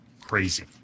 crazy